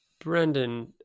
Brendan